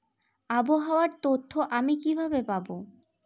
আবহাওয়ার তথ্য আমি কিভাবে পাবো?